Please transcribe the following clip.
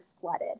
flooded